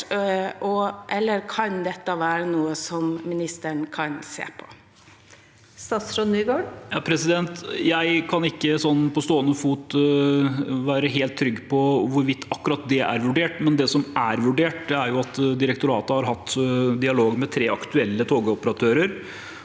Er dette noe ministeren kan se på? Statsråd Jon-Ivar Nygård Jeg kan ikke på stående fot være helt trygg på hvorvidt akkurat det er vurdert. Det som er vurdert, er at direktoratet har hatt dialog med tre aktuelle togoperatører.